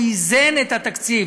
הוא איזן את התקציב.